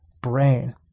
brain